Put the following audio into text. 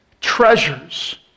Treasures